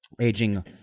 aging